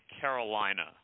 Carolina